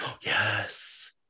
Yes